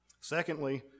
secondly